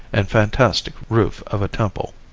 and fantastic roof of a temple.